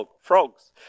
frogs